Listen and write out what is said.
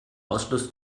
ausschluss